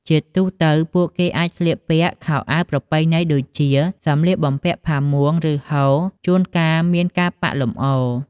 ជាទូទៅ ពួកគេអាចស្លៀកពាក់ខោអាវប្រពៃណីដូចេជា សម្លៀកបំពាក់ផាមួង ឬសូត្រ ជួនកាលមានការប៉ាក់លម្អ។